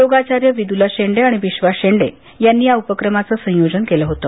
योगाचार्य विदुला शेंडे आणि विश्वास शेंडे यांनीया उपक्रमाचं संयोजन केलं होतं